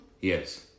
yes